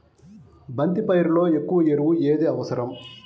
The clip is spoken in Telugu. బంతి పైరులో ఎక్కువ ఎరువు ఏది అవసరం?